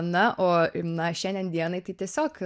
na o na šiandien dienai tai tiesiog